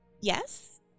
Yes